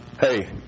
hey